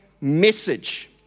message